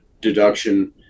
deduction